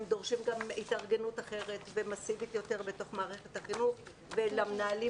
הם דורשים גם התארגנות אחרת ומסיבית יותר בתוך מערכת החינוך ולמנהלים